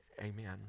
amen